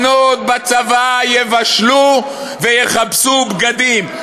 מי אתה בכלל, בנות בצבא יבשלו ויכבסו בגדים.